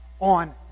on